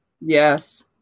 Yes